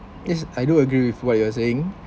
yes I do agree with what you're saying